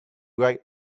right